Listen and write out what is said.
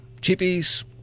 chippies